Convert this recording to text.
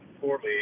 poorly